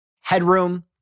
Headroom